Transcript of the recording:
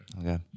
Okay